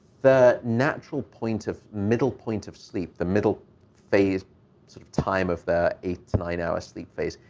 the natural point of middle point of sleep, the middle phase sort of time of that eight to nine hours sleep phase,